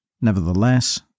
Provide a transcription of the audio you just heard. Nevertheless